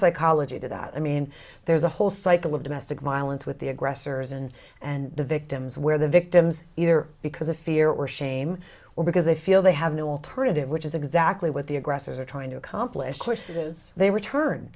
psychology to that i mean there's a whole cycle of domestic violence with the aggressors and and the victims where the victims are because of fear or shame or because they feel they have no alternative which is exactly what the aggressors are trying to accomplish course that is they were turn